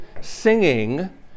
singing